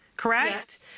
Correct